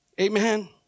Amen